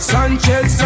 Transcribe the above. Sanchez